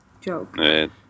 joke